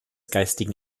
geistigen